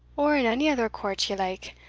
or in ony other coart ye like,